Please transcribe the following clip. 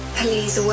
please